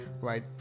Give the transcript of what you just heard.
right